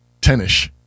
Tennis